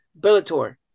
Bellator